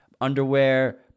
underwear